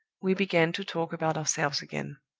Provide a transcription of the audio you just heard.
we began to talk about ourselves again.